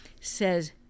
says